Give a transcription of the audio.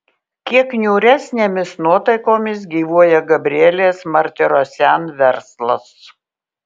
kiek niūresnėmis nuotaikomis gyvuoja gabrielės martirosian verslas